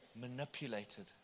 manipulated